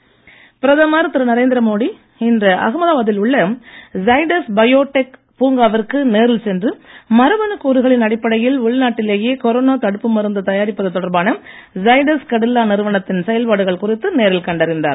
மோடி தடுப்பு மருந்து பிரதமர் திரு நரேந்திர மோடி இன்று அகமதாபாத்தில் உள்ள ஜைடஸ் பயோ டெக் பூங்காவிற்கு நேரில் சென்று மரபணுக் கூறுகளின் அடிப்படையில் உள்நாட்டிலேயே கொரோனா தடுப்பு மருந்து தயாரிப்பது தொடர்பான ஜைடஸ் கெடில்லா நிறுவனத்தின் செயல்பாடுகள் குறித்து நேரில் கண்டறிந்தார்